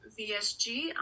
VSG